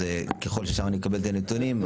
ככול שמשם אני מקבל את הנתונים,